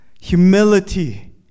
humility